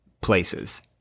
places